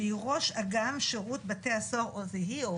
שהיא ראש אג"ם שירות בתי הסוהר זה היא או הוא?